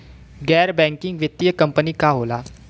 गैर बैकिंग वित्तीय कंपनी का होला?